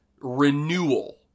renewal